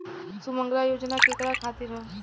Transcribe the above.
सुमँगला योजना केकरा खातिर ह?